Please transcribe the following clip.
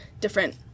different